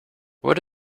what